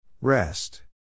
Rest